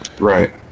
Right